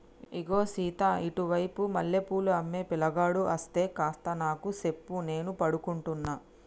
ఇగో సీత ఇటు వైపు మల్లె పూలు అమ్మే పిలగాడు అస్తే కాస్త నాకు సెప్పు నేను పడుకుంటున్న